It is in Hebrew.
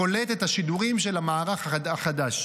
קולט את השידורים של המערך החדש.